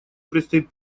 предстоит